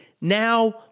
Now